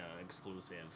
exclusive